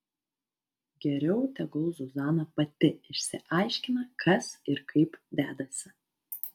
geriau tegul zuzana pati išsiaiškina kas ir kaip dedasi